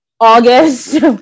August